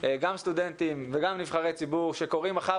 גם סטודנטים וגם נבחרי ציבור שקוראים מחר